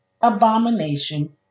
abomination